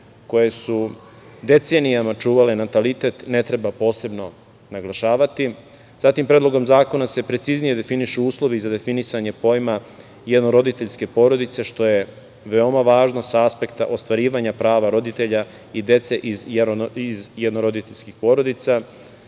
koje su decenijama čuvale natalitet ne treba posebno naglašavati. Predlogom zakona se preciznije definišu uslovi za definisanje pojma jednoroditeljske porodice što je veoma važno sa aspekta ostvarivanja prava roditelja i dece iz jednoroditeljskih porodica.